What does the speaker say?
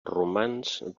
romans